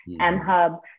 M-Hub